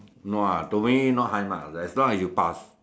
no ah to me not high marks as long as you pass